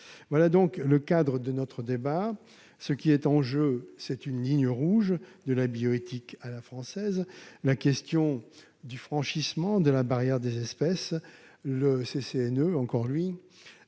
Voilà donc le cadre de notre débat. Ce qui est en jeu, c'est une ligne rouge de la bioéthique à la française, la question du franchissement de la barrière des espèces. Le CCNE a réclamé